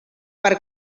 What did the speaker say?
per